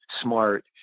smart